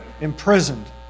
imprisoned